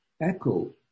echo